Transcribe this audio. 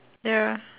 ya